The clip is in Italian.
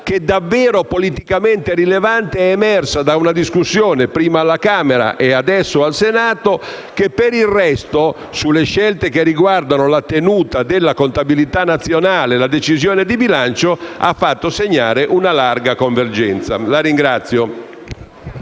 davvero politicamente rilevante ad essere emersa da una discussione, prima alla Camera e adesso al Senato, che per il resto, sulle scelte che riguardano la tenuta della contabilità nazionale e la decisione di bilancio, ha fatto segnare una larga convergenza *(Applausi